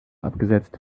abgesetzt